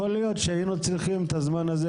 יכול להיות שהיינו צריכים את הזמן הזה,